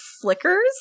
flickers